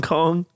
Kong